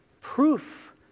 proof